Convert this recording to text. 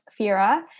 Fira